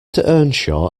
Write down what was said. earnshaw